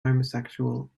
homosexual